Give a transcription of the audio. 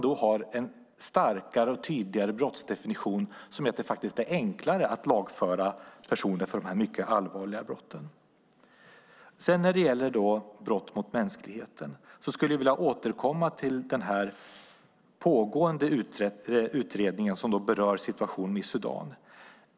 Då har man en starkare och tydligare brottsdefinition som gör att det faktiskt är enklare att lagföra personer för de här mycket allvarliga brotten. När det sedan gäller brott mot mänskligheten skulle jag vilja återkomma till den pågående utredning som berör situationen i Sudan.